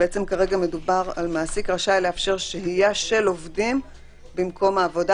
בעצם כרגע מדובר על מעסיק רשאי לאפשר שהייה של עובדים במקום העבודה,